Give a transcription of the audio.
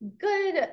good